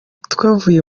twavuye